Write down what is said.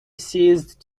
ceased